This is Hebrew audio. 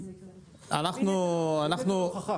מבחינתנו,